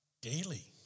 daily